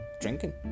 drinking